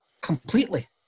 completely